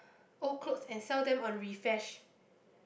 old clothes and sell them on Refash